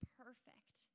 perfect